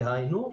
דהיינו,